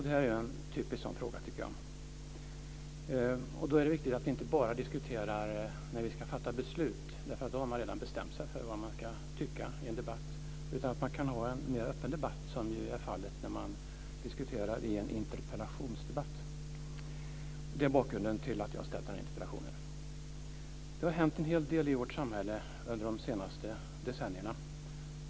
Det här är en typisk sådan fråga, tycker jag. Då är det viktigt att vi inte bara diskuterar när vi ska fatta beslut - då har man redan bestämt sig för vad man ska tycka i en debatt - utan man ska ha en mera öppen debatt, som är fallet i en interpellationsdebatt. Det är bakgrunden till att jag har väckt interpellationen. Det har hänt en hel del i vårt samhälle under de senaste decennierna.